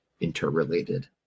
interrelated